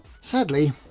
Sadly